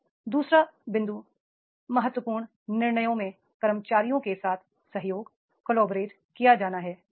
अब दू सरा बिंदु महत्वपूर्ण निर्णयों में कर्मचारियों के साथ सहयोग किया जाना है